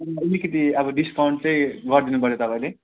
अलिकति अब डिस्काउन्ट चाहिँ गरिदिनु पऱ्यो तपाईँले